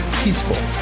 peaceful